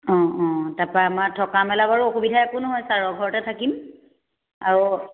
অঁ অঁ তাৰপৰা আমাৰ থকা মেলা বাৰু অসুবিধা একো নহয় ছাৰৰ ঘৰতে থাকিম আৰু